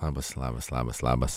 labas labas labas labas